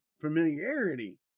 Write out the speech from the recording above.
familiarity